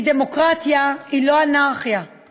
כי היועץ המשפטי לממשלה מבין למה הוא לא מפעיל